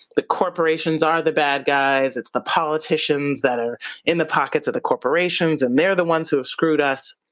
the corporations are the bad guys. it's the politicians that are in the pockets of the corporations, and they're the ones who have screwed us.